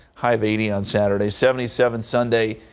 high of eighty on saturday seventy seven sunday.